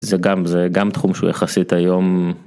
זה גם זה גם תחום שהוא יחסית היום.